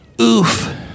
Oof